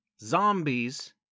Zombies